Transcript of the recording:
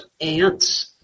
ants